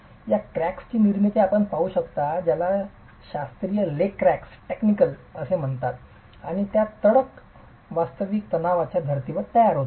या क्रॅक्सची निर्मिती आपण पाहू शकता ज्याला शास्त्रीय लेग्स क्रॅक्स असे म्हणतात आणि त्या तडक वास्तविक तणावाच्या धर्तीवर तयार होत आहेत